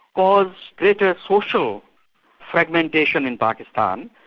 caused greater social fragmentation in pakistan,